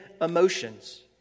emotions